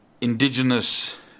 indigenous